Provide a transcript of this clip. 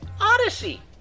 Odyssey